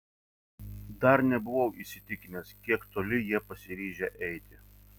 dar nebuvau įsitikinęs kiek toli jie pasiryžę eiti